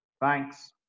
thanks